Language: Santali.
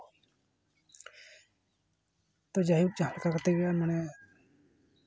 ᱛᱚ ᱡᱟᱭᱦᱳᱠ ᱡᱟᱦᱟᱸᱞᱮᱠᱟ ᱠᱟᱛᱮ ᱜᱮ ᱢᱟᱱᱮ